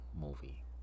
movie